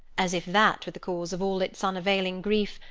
as if that were the cause of all its unavailing grief,